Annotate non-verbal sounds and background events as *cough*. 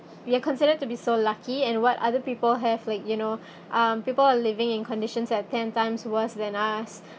we are considered to be so lucky and what other people have like you know *breath* um people are living in conditions that are ten times worse than us *breath*